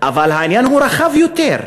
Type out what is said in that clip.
אבל העניין הוא רחב יותר.